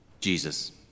Jesus